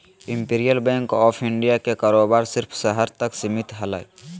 imperial bank of India के कारोबार सिर्फ़ शहर तक सीमित हलय